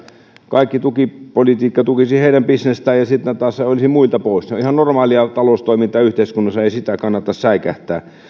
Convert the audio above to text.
kaikki tukipolitiikka tukisi heidän bisnestään ja se taas sitten olisi muilta pois se on ihan normaalia taloustoimintaa yhteiskunnassa ei sitä kannata säikähtää